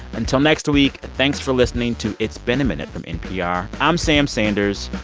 until next week, thanks for listening to it's been a minute from npr. i'm sam sanders,